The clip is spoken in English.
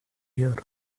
here